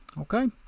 okay